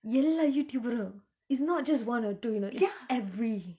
எல்லா:ella youtuber uh it's not just one or two you know it's every